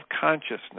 consciousness